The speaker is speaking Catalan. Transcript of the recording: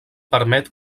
permet